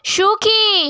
সুখী